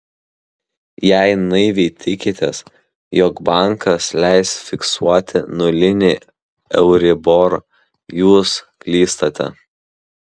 jei naiviai tikitės jog bankas leis fiksuoti nulinį euribor jūs klystate